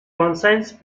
conscience